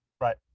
Right